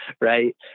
right